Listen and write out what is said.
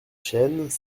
chênes